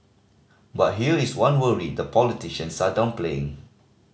but here is one worry the politicians are downplaying